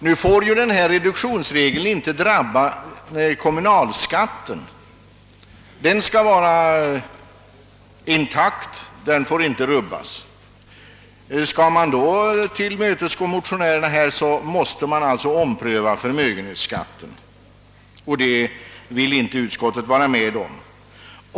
Nu får ju denna reduktionsregel inte drabba kommunalskatten — den skall vara intakt. Skall man tillmötesgå motionärerna, måste man alltså ompröva förmögenhetsskatten, och det vill inte utskottet vara med om.